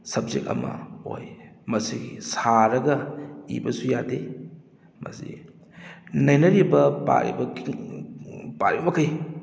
subject ꯑꯃ ꯑꯣꯏ ꯃꯁꯤꯒꯤ ꯁꯥꯔꯒ ꯏꯕꯁꯨ ꯌꯥꯗꯦ ꯃꯁꯤ ꯅꯩꯅꯔꯤꯕ ꯄꯥꯔꯤꯕ ꯄꯥꯔꯤꯕꯃꯈꯩ